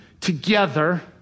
together